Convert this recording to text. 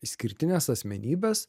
išskirtinės asmenybės